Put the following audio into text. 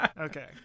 okay